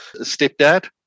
stepdad